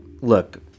look